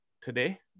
today